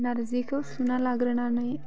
नारजिखौ सुना लाग्रोनानै